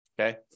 Okay